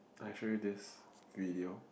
I show you this video